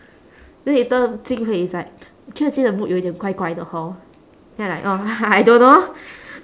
then later jing hui is like 我觉得今天的 mood 有一点怪怪的 hor then I like oh I don't know lor